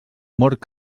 mort